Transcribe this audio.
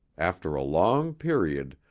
after a long period,